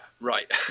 right